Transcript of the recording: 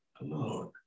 alone